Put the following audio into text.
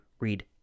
read